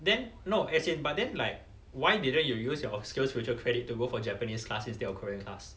then no as in but then like why didn't you use your SkillsFuture credit to go for japanese class instead of korean class